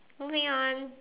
moving on